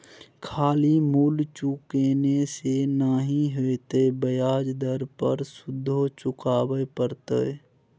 खाली मूल चुकेने से नहि हेतौ ब्याज दर पर सुदो चुकाबे पड़तौ